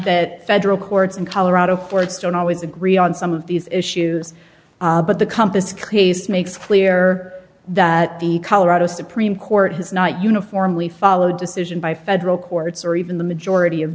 that federal courts in colorado for its don't always agree on some of these issues but the compass case makes clear that the colorado supreme court has not uniformly followed decision by federal courts or even the majority of